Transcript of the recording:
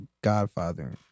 Godfather